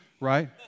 right